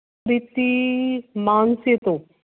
ਪ੍ਰੀਤੀ ਮਾਨਸੇ ਤੋਂ